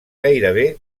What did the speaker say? gairebé